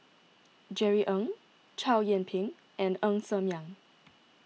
Jerry Ng Chow Yian Ping and Ng Ser Miang